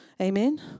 amen